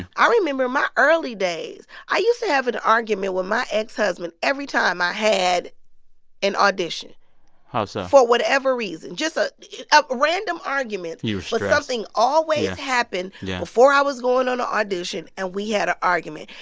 i remember my early days. i used to have an argument with my ex-husband every time i had an audition how so. for whatever reason just ah a random argument you was stressed but like something always happened before i was going on a audition, and we had a argument.